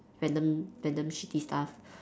random random shitty stuff